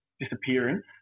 disappearance